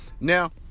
Now